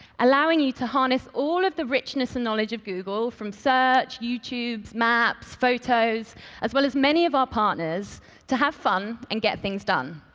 allowing you to harness all of the richness and knowledge from google from search, youtube's, maps, photos as well as many of our partners to have fun and get things done.